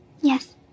Yes